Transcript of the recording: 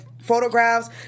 photographs